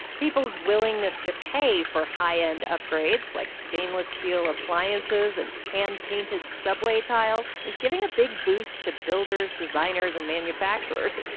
people's willingness to pay for high-end upgrades, like stainless steel appliances and hand-painted subway tiles, is giving a big boost to builders, designers and manufacturers.